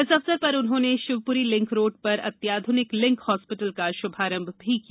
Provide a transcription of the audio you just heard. इस अवसर पर उन्होंने शिवपुरी लिंक रोड पर अत्याधुनिक लिंक हास्पिटल का शुभारंभ भी किया